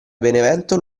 benevento